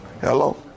Hello